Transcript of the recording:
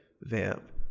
vamp